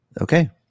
Okay